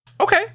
Okay